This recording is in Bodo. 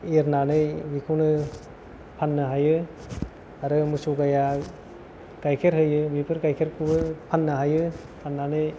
एरनानै बेखौनो फाननो हायो आरो मोसौ गाया गायखेर होयो बेफोर गायखेर खौबो फाननो हायो फाननानै